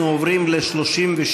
אנחנו עוברים ל-37.